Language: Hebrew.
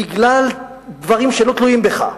בגלל דברים שלא תלויים בך,